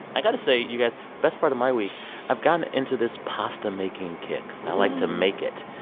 i got to say, you guys, best part of my week i've gotten into this pasta-making kick. i like to make it.